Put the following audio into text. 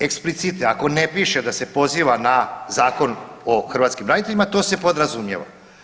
Eksplicite ako ne piše da se poziva na Zakon o hrvatskim braniteljima to se podrazumijeva.